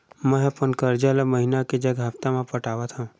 मेंहा अपन कर्जा ला महीना के जगह हप्ता मा पटात हव